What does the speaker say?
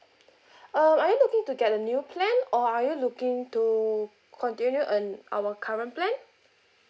um are you looking to get a new plan or are you looking to continue um our current plan